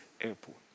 airport